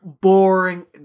boring